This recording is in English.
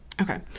Okay